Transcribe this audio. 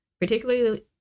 particularly